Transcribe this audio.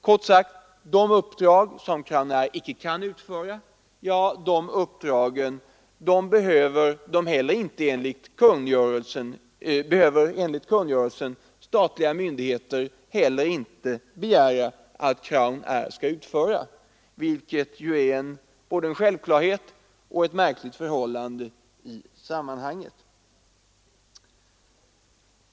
Kort sagt: de uppdrag som Crownair icke kan utföra behöver enligt kungörelsen statliga myndigheter inte heller använda sig av Crownair för att utföra — vilket ju är både en självklarhet.